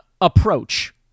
approach